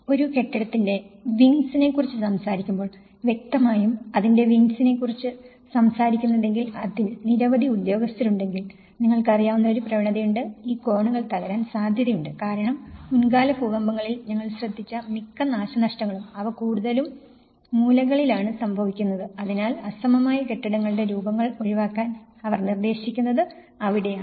ഒരു കെട്ടിടത്തിന്റെ വിങ്സിന് കുറിച്ചു സംസാരിക്കുമ്പോൾ വ്യക്തമായും അതിന്റെ വിങ്സിനെ കുറിച്ചു സംസാരിക്കുന്നതെങ്കിൽ അതിൽ നിരവധി ഉദ്യോഗസ്ഥരുണ്ടെങ്കിൽ നിങ്ങൾക്ക് അറിയാവുന്ന ഒരു പ്രവണതയുണ്ട് ഈ കോണുകൾ തകരാൻ സാധ്യതയുണ്ട് കാരണം മുൻകാല ഭൂകമ്പങ്ങളിൽ ഞങ്ങൾ ശ്രദ്ധിച്ച മിക്ക നാശനഷ്ടങ്ങളും അവ കൂടുതലും മൂലകളിലാണ് സംഭവിക്കുന്നത് അതിനാൽ അസമമായ കെട്ടിടങ്ങളുടെ രൂപങ്ങൾ ഒഴിവാക്കാൻ അവർ നിർദേശിക്കുന്നത് അവിടെയാണ്